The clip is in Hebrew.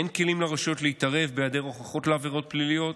אין כלים לרשויות להתערב בהיעדר הוכחות לעבירות פליליות,